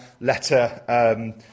letter